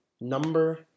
Number